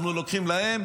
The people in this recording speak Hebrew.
אנחנו לוקחים להם,